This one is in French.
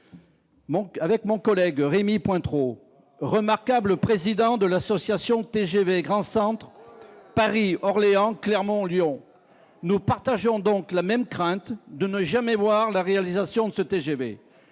avec mon collègue Rémy point trop remarquable, président de l'association TGV grand centre Paris Orléans Clermont Lyon nous partageons donc la même crainte de ne jamais voir la réalisation de ce TGV,